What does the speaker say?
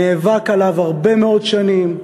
נאבק עליו הרבה מאוד שנים,